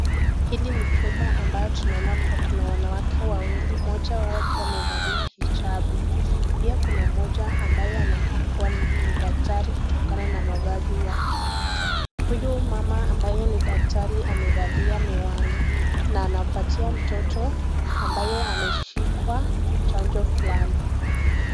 Hili ni chuma ambao tunaona kuwa kuna wanawake wawili moja wao akiwa amevalia hijabu. Pia kuna moja ambaye nakaa kuwa ni daktari kutokana na mavazi yake. Huyu mama ambaye ni daktari amevalia miwani, na anapatia mtoto ambaye ameshikwa chanjo fulani.